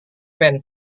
pen